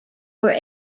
were